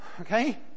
Okay